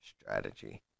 Strategy